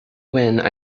when